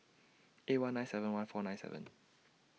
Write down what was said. eight one nine seven one four nine seven